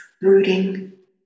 rooting